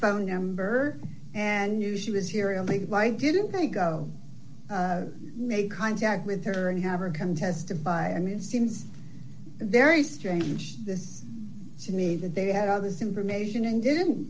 phone number and knew she was here only why didn't they go make contact with her and have her come testify and it seems very strange this to me that they had all this information and didn't